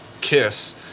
kiss